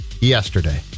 yesterday